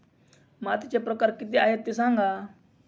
मातीचे प्रकार किती आहे ते सांगा